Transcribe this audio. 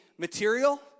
Material